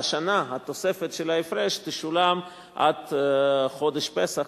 שהשנה התוספת של ההפרש תשולם עד חודש פסח,